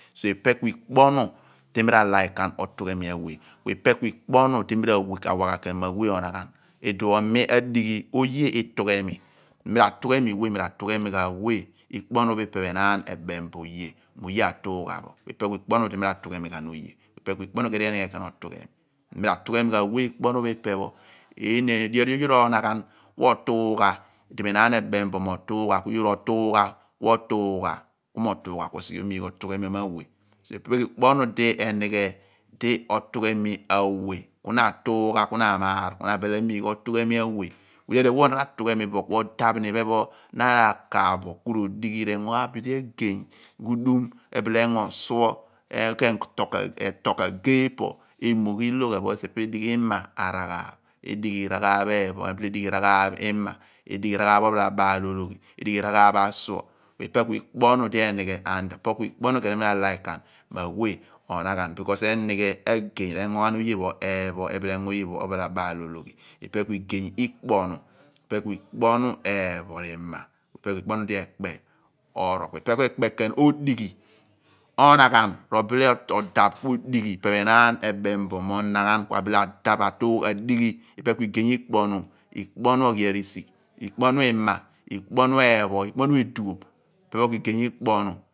Soo ipe ku ikpo ohnu di mi ramoogh ghan ḍiḅeeraan otughemi awe idipho edighi bo mi adighi oye itughemi ikpo ohnu pho ku mem lo mi ratughemi we, mi ratughemi bidi ipe enaan r'ewa bo mo otughemi ghan. yoor r'okighaan ni kotuugh ikpo ohnu ku k'obile oru otughemi aank bunon awe ilo enaan pho. Ikpo ohnu di enighe ku na atuugha aamaar, ku na tu abile amigh otughemi aani aweye. loor esi di ipe pho ku abidi otuugha k'engo ni bidi obaalologhi ku ipe pho ku ikpo ohnu di k'etol k'agee po. edighi ikpo ohnu eepho, oghiansigh, ophalabaal ologhi, igbogh ku ipe ku edi mi ra mogh ghan dibeeraan otughemi awe ikpo ohnu eepho. Ikpo ohnu oghiarisgh, ipe pho ku igey ikpo ohnu.